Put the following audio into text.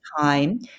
time